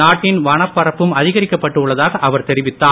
நாட்டின் வனப்பரப்பும் அதிகரிக்கப்பட்டு உள்ளதாக அவர் தெரிவித்தார்